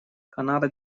канада